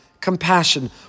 compassion